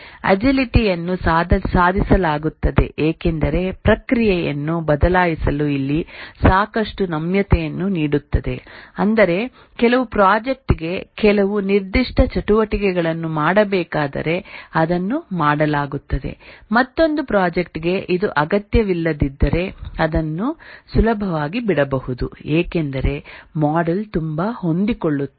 agility ಯನ್ನು ಸಾಧಿಸಲಾಗುತ್ತದೆ ಏಕೆಂದರೆ ಪ್ರಕ್ರಿಯೆಯನ್ನು ಬದಲಾಯಿಸಲು ಇಲ್ಲಿ ಸಾಕಷ್ಟು ನಮ್ಯತೆಯನ್ನು ನೀಡುತ್ತದೆ ಅಂದರೆ ಕೆಲವು ಪ್ರಾಜೆಕ್ಟ್ಗೆ ಕೆಲವು ನಿರ್ದಿಷ್ಟ ಚಟುವಟಿಕೆಗಳನ್ನು ಮಾಡಬೇಕಾದರೆ ಅದನ್ನು ಮಾಡಲಾಗುತ್ತದೆ ಮತ್ತೊಂದು ಪ್ರಾಜೆಕ್ಟ್ ಗೆ ಇದು ಅಗತ್ಯವಿಲ್ಲದಿದ್ದರೆ ಅದನ್ನು ಸುಲಭವಾಗಿ ಬಿಡಬಹುದು ಏಕೆಂದರೆ ಮಾಡೆಲ್ ತುಂಬಾ ಹೊಂದಿಕೊಳ್ಳುತ್ತದೆ